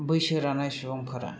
बैसो रानाय सुबुंफोरा